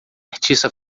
artista